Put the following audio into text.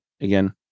again